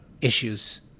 issues